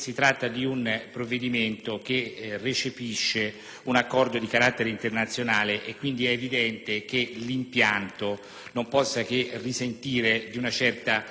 un accordo di carattere internazionale, è evidente che l'impianto non può che risentire di una certa uniformità ai principi ispiratori del Trattato.